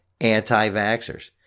anti-vaxxers